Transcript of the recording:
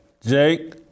Jake